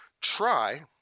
Try